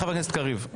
בבקשה, חבר הכנסת קריב.